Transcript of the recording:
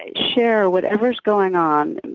and share whatever's going on.